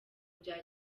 bya